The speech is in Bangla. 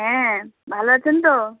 হ্যাঁ ভালো আছেন তো